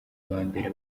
bambera